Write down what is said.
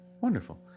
Wonderful